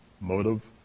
motive